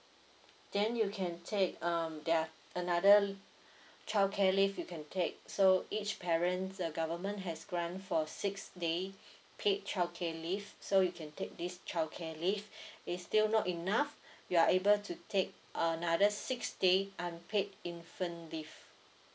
then you can take um there are another childcare leave you can take so each parents the government has grant for six day paid childcare leave so you can take this childcare leave if still not enough you are able to take another six day unpaid infant leave